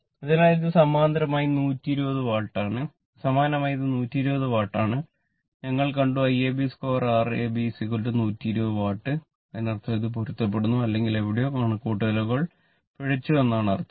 അതിനാൽ ഇത് സമാനമായി 120 വാട്ട് ആണ് ഞങ്ങൾ കണ്ടു Iab2 R ab120 watt അതിനർത്ഥം അത് പൊരുത്തപ്പെടുന്നു ഇല്ലെങ്കിൽ എവിടെയോ കണക്കുകൂട്ടൽ പിഴച്ചു എന്നാണ് അർത്ഥം